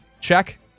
Check